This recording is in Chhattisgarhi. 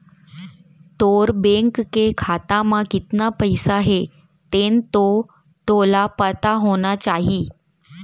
तोर बेंक के खाता म कतना पइसा हे तेन तो तोला पता होना चाही?